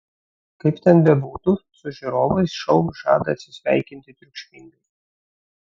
kaip ten bebūtų su žiūrovais šou žada atsisveikinti triukšmingai